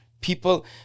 people